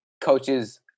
coaches